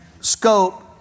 scope